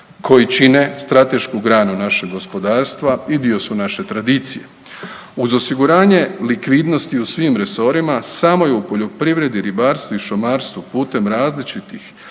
koji čine stratešku granu našeg gospodarstva i dio su naše tradicije. Uz osiguranje likvidnosti u svim resorima, samo je u poljoprivredi, ribarstvu i šumarstvu putem različitih